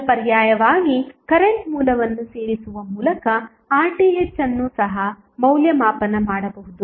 ಈಗ ಪರ್ಯಾಯವಾಗಿ ಕರೆಂಟ್ ಮೂಲವನ್ನು ಸೇರಿಸುವ ಮೂಲಕ RTh ಅನ್ನು ಸಹ ಮೌಲ್ಯಮಾಪನ ಮಾಡಬಹುದು